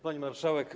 Pani Marszałek!